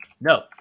No